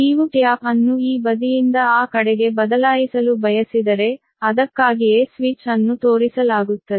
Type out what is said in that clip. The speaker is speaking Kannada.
ನೀವು ಟ್ಯಾಪ್ ಅನ್ನು ಈ ಬದಿಯಿಂದ ಆ ಕಡೆಗೆ ಬದಲಾಯಿಸಲು ಬಯಸಿದರೆ ಅದಕ್ಕಾಗಿಯೇ ಸ್ವಿಚ್ ಅನ್ನು ತೋರಿಸಲಾಗುತ್ತದೆ